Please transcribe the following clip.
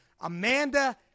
Amanda